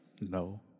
No